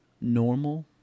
normal